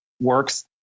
works